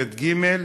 ב' וג',